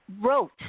wrote